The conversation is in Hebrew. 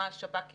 מה השב"כ יכול,